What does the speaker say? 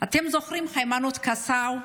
אתם זוכרים את היימנוט קסאו,